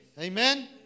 Amen